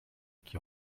qui